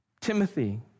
Timothy